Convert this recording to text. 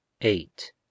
eight